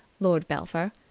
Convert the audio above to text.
lord belpher,